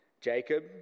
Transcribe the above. Jacob